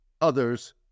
Others